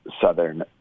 Southern